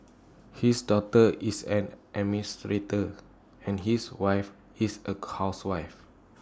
his daughter is an administrator and his wife is A housewife